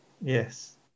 Yes